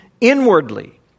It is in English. inwardly